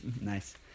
Nice